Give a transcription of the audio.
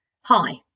hi